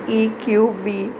E Q B